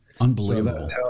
Unbelievable